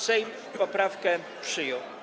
Sejm poprawkę przyjął.